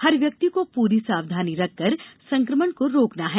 हर व्यक्ति को पूरी सावधानी रखकर संक्रमण को रोकना है